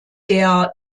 der